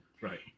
Right